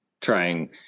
trying